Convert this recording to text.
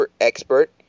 expert